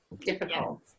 difficult